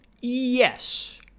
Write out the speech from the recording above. Yes